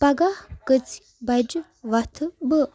پگاہ کٔژِ بَجہِ وَتھٕ بہٕ